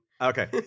Okay